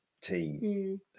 team